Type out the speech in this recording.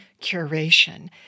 curation